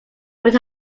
would